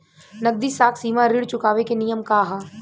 नगदी साख सीमा ऋण चुकावे के नियम का ह?